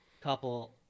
couple